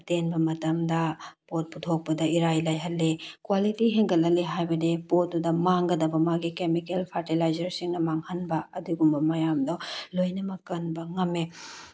ꯑꯇꯦꯟꯕ ꯃꯇꯝꯗ ꯄꯣꯠ ꯄꯨꯊꯣꯛꯄꯗ ꯏꯔꯥꯏ ꯂꯥꯏꯍꯜꯂꯤ ꯀ꯭ꯋꯥꯂꯤꯇꯤ ꯍꯦꯟꯒꯠꯍꯜꯂꯤ ꯍꯥꯏꯕꯗꯤ ꯄꯣꯠꯇꯨꯗ ꯃꯥꯡꯒꯗꯕ ꯃꯥꯒꯤ ꯀꯦꯃꯤꯀꯦꯜ ꯐꯔꯇꯤꯂꯥꯏꯖꯔꯁꯤꯡꯅ ꯃꯥꯡꯍꯟꯕ ꯑꯗꯨꯒꯨꯝꯕ ꯃꯌꯥꯝꯗꯣ ꯂꯣꯏꯅꯃꯛ ꯀꯟꯕ ꯉꯝꯃꯦ